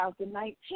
2019